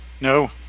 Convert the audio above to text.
No